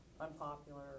Unpopular